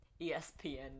ESPN